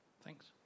Thanks